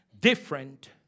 different